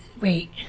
wait